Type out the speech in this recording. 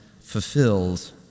fulfilled